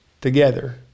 together